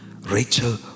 Rachel